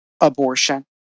abortion